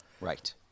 Right